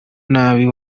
nabi